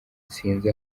sinzi